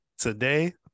today